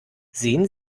sehen